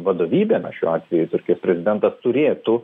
vadovybė na šiuo atveju turkijos prezidentas turėtų